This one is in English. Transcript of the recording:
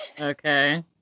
Okay